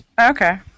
Okay